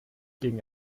gegen